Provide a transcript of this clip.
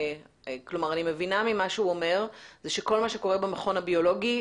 כלומר אני מבינה ממה שהוא אומר זה שכל מה שקורה במכון הביולוגי,